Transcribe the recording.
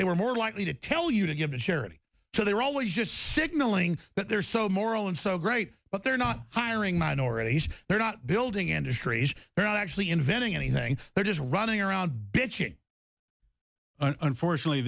they were more likely to tell you to give to charity so they were always just signaling that they're so moral and so great but they're not hiring minorities they're not building industries they're not actually inventing anything they're just running around bitching unfortunately